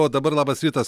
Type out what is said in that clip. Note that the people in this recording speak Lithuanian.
o dabar labas rytas